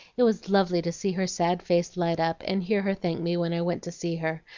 it was lovely to see her sad face light up and hear her thank me when i went to see her,